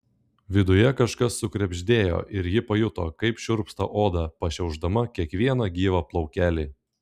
viduje kažkas sukrebždėjo ir ji pajuto kaip šiurpsta oda pašiaušdama kiekvieną gyvą plaukelį